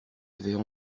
avaient